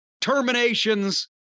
terminations